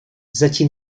zaci